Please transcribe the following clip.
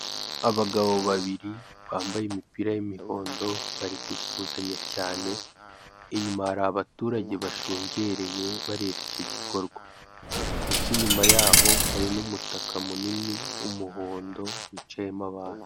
Abagabo babiri bambaye imipira y'imihondo bari gusuhuzanya cyane inyuma hari abaturage bashungereye bareba icyo gikorwa ndetse inyuma yabo hari n'umutaka munini w'umuhondo wicayemo abantu.